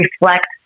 reflect